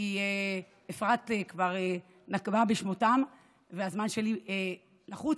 כי אפרת כבר נקבה בשמותיהם והזמן שלי לחוץ,